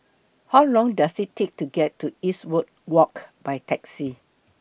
How Long Does IT Take to get to Eastwood Walk By Taxi